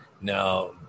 Now